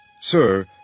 Sir